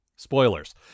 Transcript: Spoilers